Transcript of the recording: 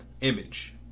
image